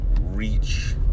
reach